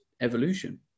evolution